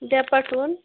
द्या पाठवून